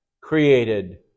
created